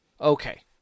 Okay